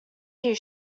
here